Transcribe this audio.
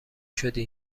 شدی